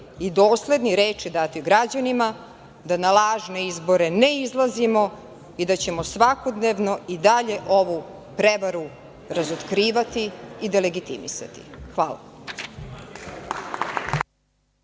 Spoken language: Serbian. i dosledni reči datoj građanima, da na lažne izbore ne izlazimo i da ćemo svakodnevno i dalje ovu prevaru razotkrivati i delegitimisati. Hvala.